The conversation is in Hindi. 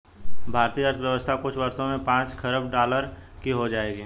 भारतीय अर्थव्यवस्था कुछ वर्षों में पांच खरब डॉलर की हो जाएगी